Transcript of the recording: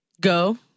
Go